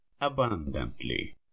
Abundantly